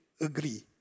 agree